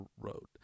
wrote